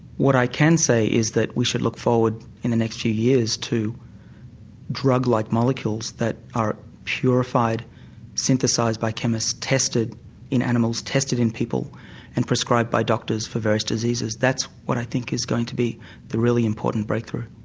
what i can say is that we should look forward in the next few years to drug-like molecules that are purified synthesised by chemists tested in animals, tested in people and prescribed by doctors for various diseases. that's what i think is going to be the really important breakthrough.